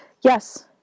Yes